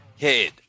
head